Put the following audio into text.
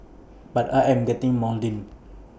but I am getting maudlin